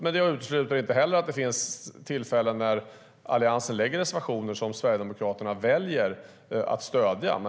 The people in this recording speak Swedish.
Men jag utesluter inte att det kommer att finnas tillfällen när Alliansen lägger reservationer som Sverigedemokraterna väljer att stödja.